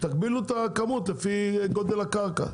תגבילו את הכמות לפי גודל הקרקע.